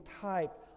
type